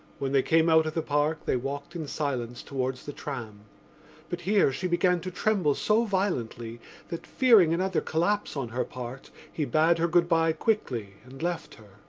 when they came out of the park they walked in silence towards the tram but here she began to tremble so violently that, fearing another collapse on her part, he bade her good-bye quickly and left her.